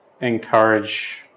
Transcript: encourage